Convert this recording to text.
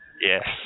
Yes